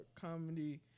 Comedy